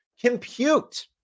compute